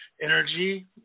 energy